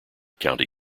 county